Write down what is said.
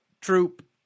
Troop